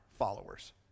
followers